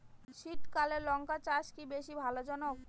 শীতকালে লঙ্কা চাষ কি বেশী লাভজনক?